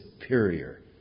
superior